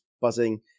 buzzing